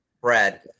Brad